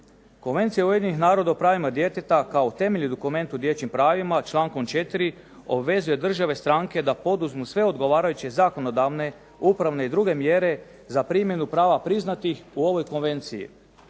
Konvencija Ujedinjenih naroda o pravima djeteta kao temeljni dokument o dječjim pravima, člankom 4. obvezuje države stranke da poduzmu sve odgovarajuće zakonodavne upravne i druge mjere za primjenu prava priznatih u ovoj konvenciji.